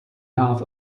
half